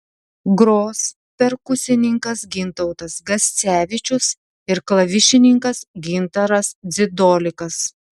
gros perkusininkas gintautas gascevičius ir klavišininkas gintaras dzidolikas